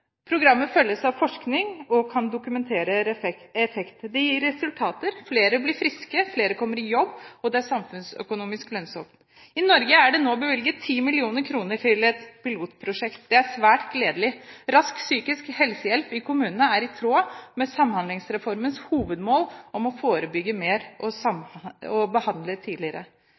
Programmet følges av forskning og kan dokumentere effekt. Det gir resultater – flere blir friske, flere komme i jobb, og det er samfunnsøkonomisk lønnsomt. I Norge er det nå bevilget 10 mill. kr til et pilotprosjekt. Det er svært gledelig. Rask psykisk helsehjelp i kommunene er i tråd med Samhandlingsreformens hovedmål om å forebygge mer og behandle tidligere.